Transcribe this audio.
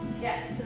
Yes